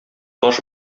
таш